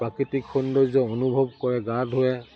প্ৰাকৃতিক সৌন্দৰ্য অনুভৱ কৰে গা ধুৱে